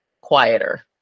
quieter